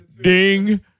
ding